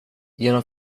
genom